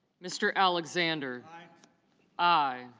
mr alexander i.